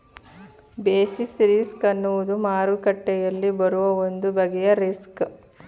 basis risk ಅನ್ನುವುದು ಮಾರುಕಟ್ಟೆಯಲ್ಲಿ ಬರುವ ಒಂದು ಬಗೆಯ ರಿಸ್ಕ್